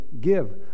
give